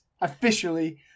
officially